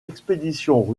expéditions